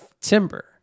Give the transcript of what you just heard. timber